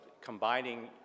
combining